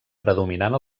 predominant